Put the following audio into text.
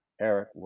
Eric